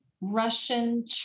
Russian